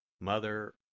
Mother